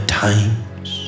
times